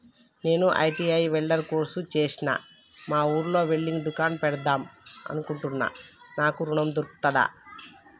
నేను ITI welder course చేశ్న మా ఊర్లో వెల్డింగ్ దుకాన్ పెడదాం అనుకుంటున్నా నాకు ఋణం దొర్కుతదా?